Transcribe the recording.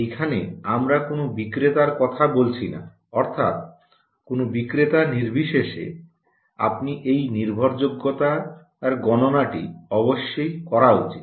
এখানে আমরা কোনও বিক্রেতার কথা বলছি না অর্থাৎ কোনও বিক্রেতা নির্বিশেষে আপনি এই নির্ভরযোগ্যতা গণনাটি অবশ্যই করা উচিত